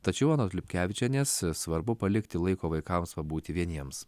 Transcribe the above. tačiau anot lipkevičienės svarbu palikti laiko vaikams pabūti vieniems